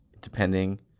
depending